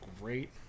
great